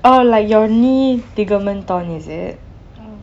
or like your knee ligament torn is it